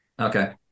Okay